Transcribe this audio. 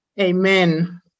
amen